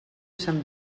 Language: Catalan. sant